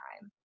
time